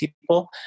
people